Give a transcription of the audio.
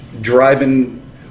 driving